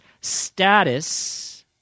status